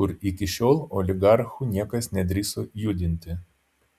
kur iki šiol oligarchų niekas nedrįso judinti